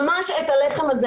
ממש את הלחם הזה.